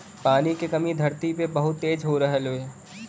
पानी के कमी धरती पे बहुत तेज हो रहल हौ